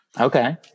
Okay